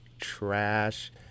trash